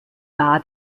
war